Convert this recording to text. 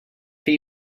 that